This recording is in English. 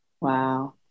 Wow